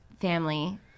family